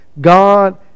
God